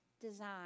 design